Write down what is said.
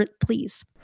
please